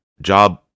Job